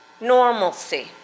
normalcy